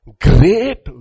Great